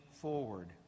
forward